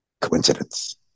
Coincidence